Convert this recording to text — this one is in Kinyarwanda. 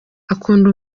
akunda